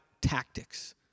tactics